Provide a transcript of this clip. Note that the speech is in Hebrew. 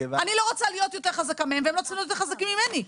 אני לא רוצה להיות יותר חזקה מהם והם לא צריכים להיות חזקים ממני.